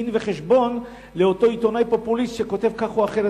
דין-וחשבון לאותו עיתונאי פופוליסט שכותב כך או אחרת,